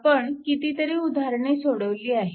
आपण कितीतरी उदाहरणे सोडवली आहेत